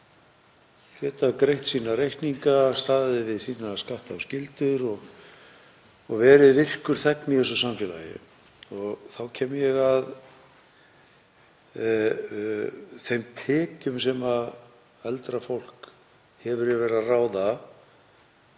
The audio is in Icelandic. geta greitt sína reikninga, staðið við sína skatta og skyldur og verið virkur þegn í samfélaginu. Þá kem ég að þeim tekjum sem eldra fólk hefur yfir að ráða,